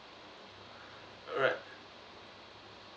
alright